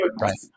Right